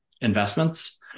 investments